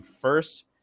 first